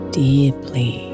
deeply